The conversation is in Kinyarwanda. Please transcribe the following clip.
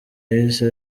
yahise